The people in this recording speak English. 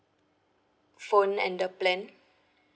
phone and the plan